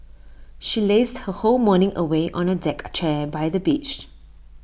she lazed her whole morning away on A deck chair by the beach